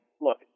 look